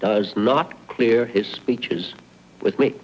does not clear his speeches with me